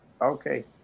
okay